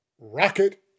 Rocket